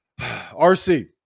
RC